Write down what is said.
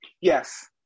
Yes